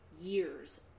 years